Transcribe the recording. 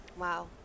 Wow